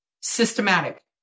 systematic